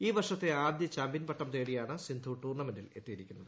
ഈ വർഷത്തെ ആദ്യ ചാമ്പ്യൻ പട്ടം തേടിയാണ് സിന്ധു ടൂർണമെന്റിൽ എത്തിയിരിക്കുന്നത്